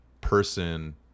person